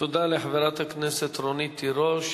תודה לחברת הכנסת רונית תירוש.